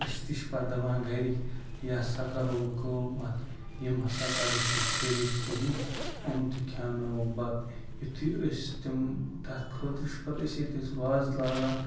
أسۍ تہِ چھِ پتہٕ دپان گرِ یہ ہسا کرو وۄن کٲم اتھ یِم ہسا کڑوکھ نہٕ ژھری کہینۍ یِم تہِ کھیناوکھ بتہٕ یُتھے أسۍ تِم تتھ خٲطرٕ چھُ پتہٕ أسۍ یتہِ أسۍ وازٕ لاگان